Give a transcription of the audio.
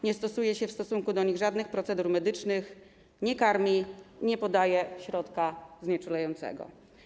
Nie stosuje się w stosunku do nich żadnych procedur medycznych, nie karmi, nie podaje środka znieczulającego.